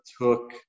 took